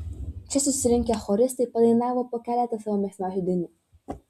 čia susirinkę choristai padainavo po keletą savo mėgstamiausių dainų